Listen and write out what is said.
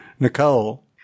Nicole